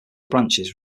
branches